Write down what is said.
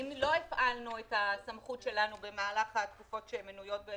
אם לא הפעלנו את הסמכות שלנו במהלך התקופות המנויות,